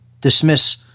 dismiss